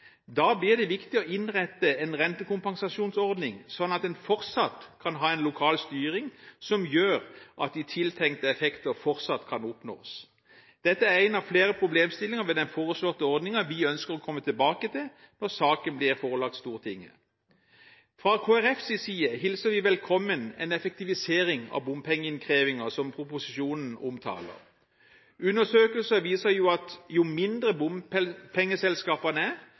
Da blir det viktig å innrette en rentekompensasjonsordning slik at en fortsatt kan ha en lokal styring som gjør at de tiltenkte effekter fortsatt kan oppnås. Dette er en av flere problemstillinger ved den foreslåtte ordningen vi ønsker å komme tilbake til når saken blir forelagt Stortinget. Fra Kristelig Folkepartis side hilser vi velkommen den effektivisering av bompengeinnkrevinger som proposisjonen omtaler. Undersøkelser viser at jo mindre bompengeselskapene er,